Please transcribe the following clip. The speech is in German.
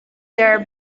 der